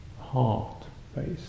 heart-based